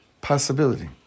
Possibility